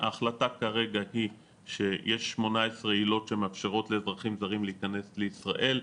ההחלטה כרגע היא שיש 18 עילות שמאפשרות לאזרחים זרים להיכנס לישראל,